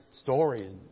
stories